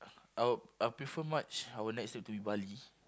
I would I would prefer March our next trip to be Bali